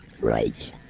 Right